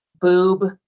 boob